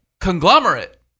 conglomerate